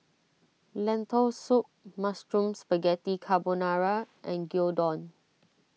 Lentil Soup Mushroom Spaghetti Carbonara and Gyudon